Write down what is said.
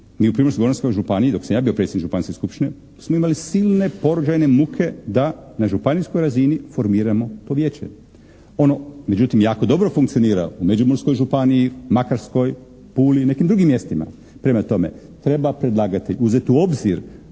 Mi u Primorsko-goranskoj županiji dok sam ja bio predsjednik županijske skupštine smo imali silne porođajne muke da na županijskoj razini formiramo to vijeće. Ono međutim jako dobro funkcionira u Međimurskoj županiji, Makarskoj, Puli i nekim drugim mjestima. Prema tome treba predlagatelj